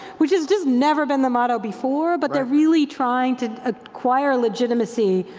which is just never been the motto before, but they're really trying to acquire legitimacy,